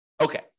Okay